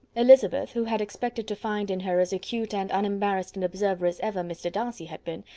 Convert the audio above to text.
elizabeth, who had expected to find in her as acute and unembarrassed an observer as ever mr. darcy had been,